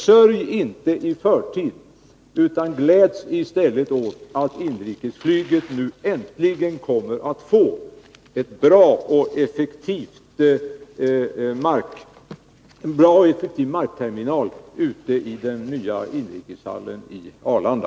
Sörj inte i förtid, utan gläds i stället åt att inrikesflyget nu äntligen kommer att få en bra och eifektiv markterminal i den nya inrikeshallen i Arlanda!